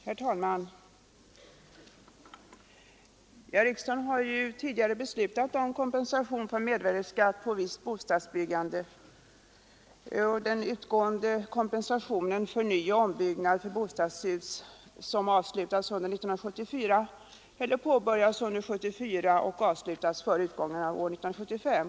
Herr talman! Riksdagen har ju tidigare beslutat om kompensation för mervärdeskatt på visst bostadsbyggande. Sådan kompensation har utgått för nyoch ombyggnad av bostadshus som påbörjats under 1974 och avslutas före utgången av 1975.